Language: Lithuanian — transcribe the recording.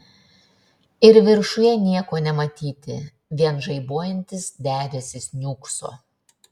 ir viršuje nieko nematyti vien žaibuojantis debesys niūkso